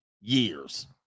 years